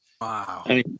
Wow